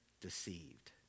deceived